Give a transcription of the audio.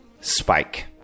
spike